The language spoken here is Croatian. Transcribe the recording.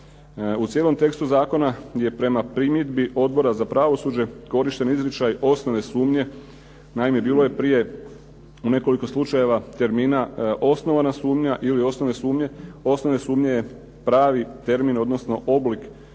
U cijelo tekstu zakona je prema primjedbi Odbora za pravosuđe korišten izričaj osnovne sumnje. Naime bilo je prije u nekoliko slučajeva termina osnovana sumnja ili osnovane sumnje, osnovne sumnje je pravi termin, odnosno oblik